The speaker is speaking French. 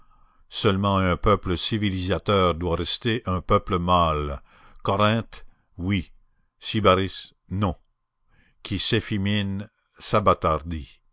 seulement un peuple civilisateur doit rester un peuple mâle corinthe oui sybaris non qui s'effémine